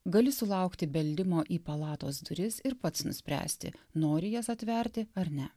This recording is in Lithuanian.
gali sulaukti beldimo į palatos duris ir pats nuspręsti nori jas atverti ar ne